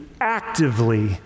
actively